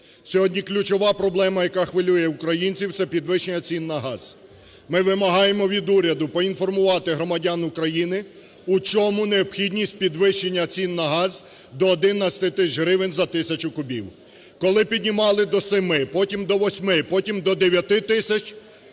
Сьогодні ключова проблема, яка хвилює українців, це підвищення цін на газ. Ми вимагаємо від уряду поінформувати громадян України у чому необхідність підвищення цін на газ до 11 тисяч гривень за тисячу кубів? Коли піднімали до 7-и, потім до 8-и, потім до 9 тисяч